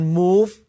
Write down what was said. move